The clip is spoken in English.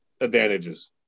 advantages